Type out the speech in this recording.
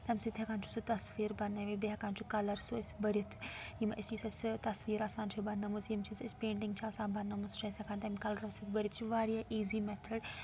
تَمہِ سۭتۍ ہٮ۪کان چھُ سُہ تَصویر بَنٲوِتھ بیٚیہِ ہٮ۪کان چھُ کَلَر سُہ ٲسی بٔرِتھ یِم أسۍ یُس أسۍ تَصویر آسان بَنٲمٕژ یِم چیٖز أسۍ پیٚٹِنٛگ چھِ آسان بَنٲمٕژ سُہ چھُ اَسہِ ہٮ۪کان تَمہِ کَلو سۭتۍ بٔرِتھ یہِ چھِ واریاہ ایٖزی مٮ۪تھڈ